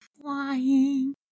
flying